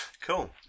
Cool